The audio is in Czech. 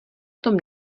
tom